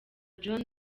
john